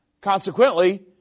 Consequently